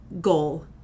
goal